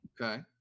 Okay